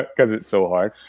because it's so hard.